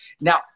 Now